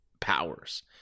powers